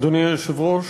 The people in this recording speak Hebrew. אדוני היושב-ראש,